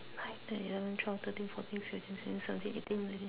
nine ten eleven twelve thirteen fourteen fifteen sixteen seventeen eighteen nineteen